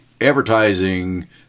advertising